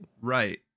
Right